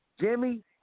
Jimmy